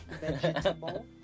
Vegetable